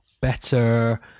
better